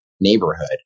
neighborhood